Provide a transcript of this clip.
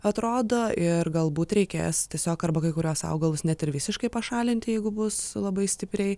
atrodo ir galbūt reikės tiesiog arba kai kuriuos augalus net ir visiškai pašalinti jeigu bus labai stipriai